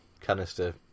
canister